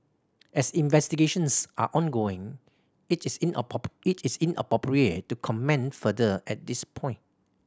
as investigations are ongoing it is it is inappropriate to comment further at this point